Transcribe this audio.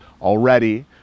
already